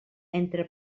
entre